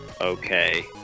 Okay